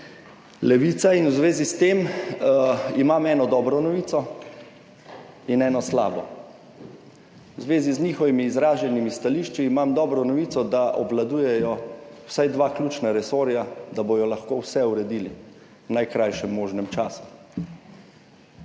Levica in v zvezi s tem imam eno dobro novico in eno slabo. V zvezi z njihovimi izraženimi stališči imam dobro novico, da obvladujejo vsaj dva ključna resorja, da bodo lahko vse uredili v najkrajšem možnem času,